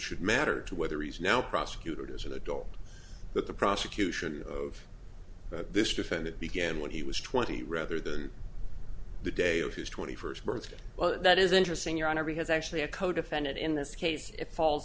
should matter to whether he's now prosecutors or the door that the prosecution of this defendant began when he was twenty rather than the day of his twenty first birthday well that is interesting you're on every has actually a codefendant in this case if falls